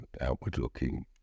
outward-looking